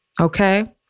Okay